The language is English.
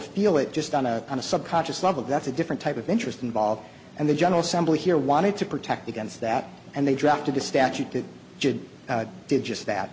feel it just on a on a subconscious level that's a different type of interest involved and the general somebody here wanted to protect against that and they dropped to the statute that did just that